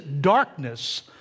darkness